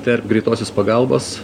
tarp greitosios pagalbos